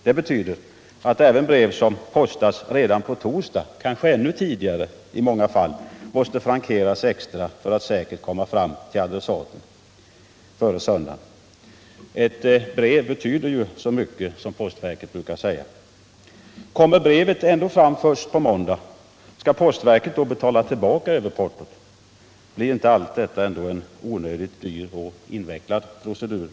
Det betyder att även brev som postas redan på torsdag, kanske ännu tidigare i många fall, måste frankeras extra för att säkert komma fram till adressaten före söndagen. Ett brev betyder ju så mycket, som postverket brukar säga. tillbaka överportot? Blir inte allt detta en onödigt dyr och invecklad procedur?